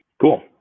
Cool